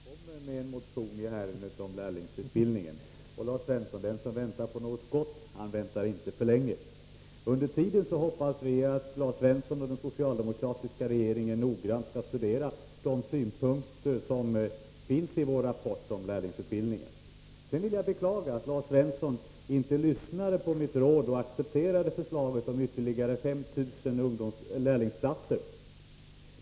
Herr talman! Lars Svensson kan vara alldeles lugn. Jag återkommer med en motion om lärlingsutbildningen. Och, Lars Svensson, den som väntar på något gott väntar inte för länge. Under tiden hoppas vi att Lars Svensson och den socialdemokratiska regeringen noggrant skall studera de synpunkter som finns i vår rapport om lärlingsutbildningen. Jag beklagar att Lars Svensson inte lyssnade på mitt råd och accepterade förslaget om ytterligare 5 000 lärlingsplatser.